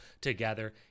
together